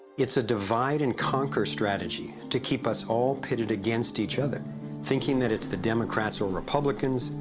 it's a divide and conquer strategy to keep us all betted against eachother thinking that it's the democrats or republicans,